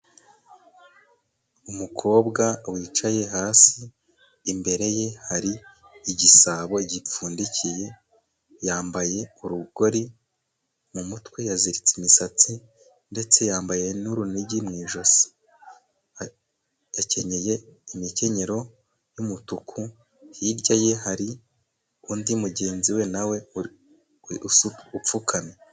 Umukobwa wicaye hasi imbere ye hari igisabo gipfundikiye. Yambaye urugori mu mutwe yaziritse imisatsi ndetse yambaye n'urunigi mu ijosi. Yakenyeye imikenyero y'umutuku hirya ye hari undi mugenzi we nawe upfukamye.